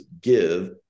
give